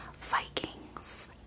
Vikings